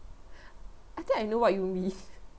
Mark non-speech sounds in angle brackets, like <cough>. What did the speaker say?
I think I know what you <laughs> mean